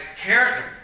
character